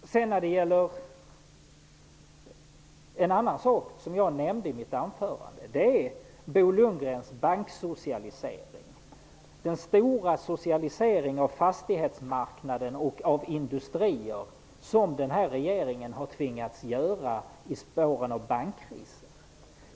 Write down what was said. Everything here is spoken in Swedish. En annan sak jag nämnde är Bo Lundgrens banksocialisering, den stora socialisering av fastighetsmarknaden och av industrier som den här regeringen har tvingats genomföra i spåren av bankkrisen.